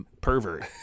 pervert